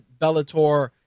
Bellator